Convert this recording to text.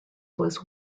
was